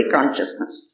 Consciousness